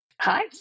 Hi